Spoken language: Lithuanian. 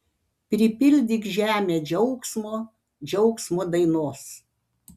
pripildyk žemę džiaugsmo džiaugsmo dainos